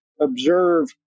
observe